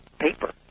paper